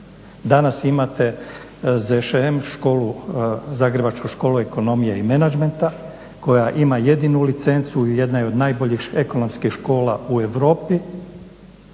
Danas imate ZŠEM, Zagrebačku školu ekonomije i menadžmenta koja ima jedinu licencu i jedna je od najboljih ekonomskih škola u Europi.